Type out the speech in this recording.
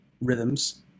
rhythms